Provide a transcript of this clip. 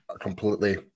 completely